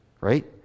right